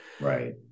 right